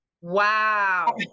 Wow